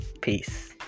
Peace